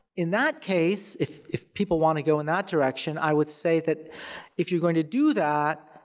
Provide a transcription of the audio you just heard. in that case, if if people wanna go in that direction, i would say that if you're going to do that,